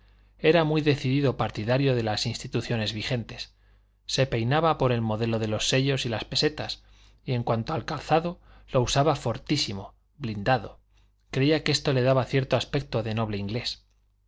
era muy decidido partidario de las instituciones vigentes se peinaba por el modelo de los sellos y las pesetas y en cuanto al calzado lo usaba fortísimo blindado creía que esto le daba cierto aspecto de noble inglés